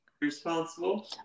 Responsible